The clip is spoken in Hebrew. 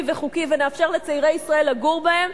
וחוקי ונאפשר לצעירי ישראל לגור בהם,